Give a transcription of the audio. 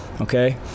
Okay